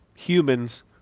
Humans